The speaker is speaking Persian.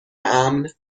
امن